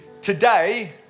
today